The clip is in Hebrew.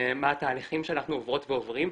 מה התהליכים שאנחנו עוברות ועוברים,